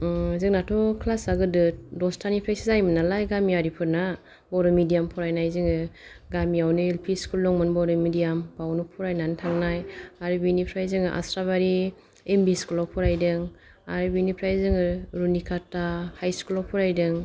जोंनाथ' क्लासा गोदो दसथानिफ्रायसो जायोमोन नालाय गामियारिफोरना बर' मिडियाम फरायनाय जोङो गामियावनो एल पि स्कुल दङमोन बर' मिडियाम बावनो फरायनानै थांनाय आरो बेनिफ्राय जोङो आस्राबारि एम भि स्कुलाव फरायदों आरो बेनिफ्राय जोङो रुनिखाथा हाइ स्कुलाव फरायदों